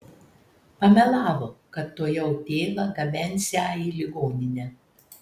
pamelavo kad tuojau tėvą gabensią į ligoninę